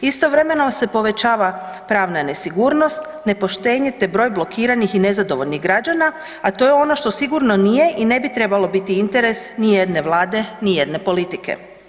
Istovremeno se povećava pravna nesigurnost, nepoštenje te broj blokiranih i nezadovoljnih građana a to je ono što sigurno nije i ne bi trebalo biti interes nijedne Vlade nijedne politike.